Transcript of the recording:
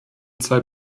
zwei